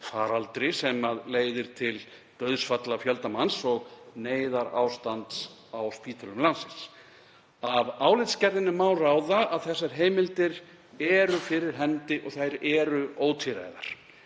faraldri sem leiðir til dauðsfalla fjölda manns og neyðarástands á spítölum landsins. Af álitsgerðinni má ráða að þessar heimildir séu fyrir hendi og þær séu ótvíræðar.